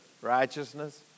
righteousness